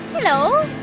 hello.